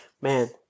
Man